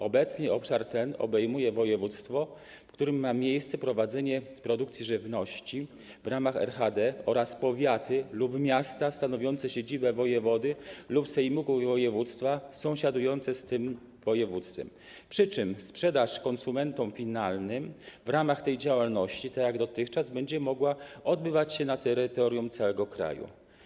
Obecnie obszar ten obejmuje województwo, w którym ma miejsce prowadzenie produkcji żywności w ramach RHD, oraz powiaty lub miasta stanowiące siedzibę wojewody lub sejmiku województwa sąsiadujące z tym województwem, przy czym sprzedaż konsumentom finalnym w ramach tej działalności będzie mogła odbywać się tak jak dotychczas na terytorium całego kraju.